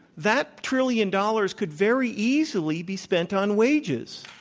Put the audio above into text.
that trillion dollars could very easily be spent on wages.